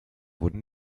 wurden